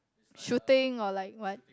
shooting or like what